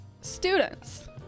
Students